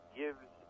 gives